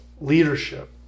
leadership